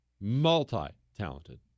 multi-talented